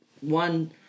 one